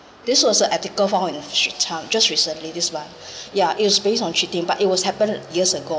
this was a article found in straits time just recently this month yeah it was based on cheating but it was happened years ago